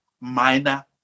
minor